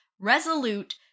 resolute